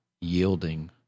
yielding